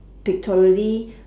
pictorially